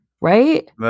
Right